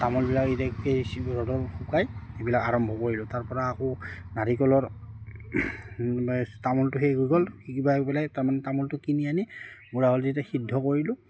তামোলবিলাক এতিয়া ৰ'দৰ শুকাই সেইবিলাক আৰম্ভ কৰিলোঁ তাৰপৰা আকৌ নাৰিকলৰ তামোলটো শেষ হৈ গ'ল হৈ পেলাই তাৰমানে তামোলটো কিনি আনি বুঢ়া হ'বলৈ যেতিয়া সিদ্ধ কৰিলোঁ